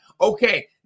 Okay